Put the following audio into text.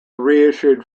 reissued